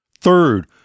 Third